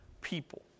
people